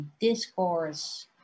discourse